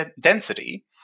density